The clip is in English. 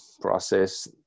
process